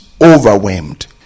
overwhelmed